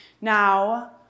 Now